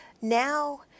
Now